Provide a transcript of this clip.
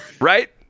Right